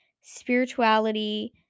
spirituality